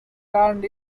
turned